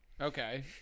Okay